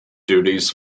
duties